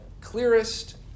clearest